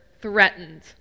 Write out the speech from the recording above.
threatened